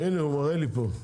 הנה, הוא מראה לי פה.